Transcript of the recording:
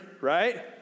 right